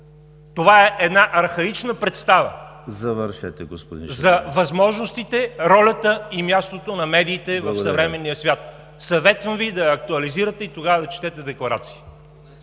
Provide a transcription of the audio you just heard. Жаблянов. ВАЛЕРИ ЖАБЛЯНОВ: …за възможностите, ролята и мястото на медиите в съвременния свят. Съветвам Ви да актуализирате и тогава да четете декларации.